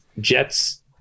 Jets